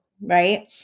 right